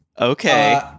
Okay